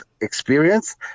experience